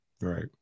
Right